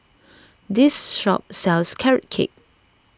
this shop sells Carrot Cake